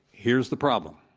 here's the problem,